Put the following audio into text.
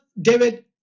David